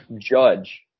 judge